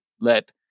let